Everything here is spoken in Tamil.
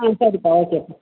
ஆ சரிப்பா வச்சுட்றேன்